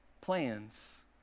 plans